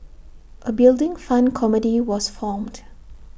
A Building Fund committee was formed